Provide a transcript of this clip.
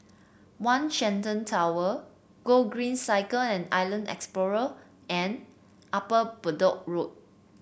One Shenton Tower Gogreen Cycle and Island Explorer and Upper Bedok Road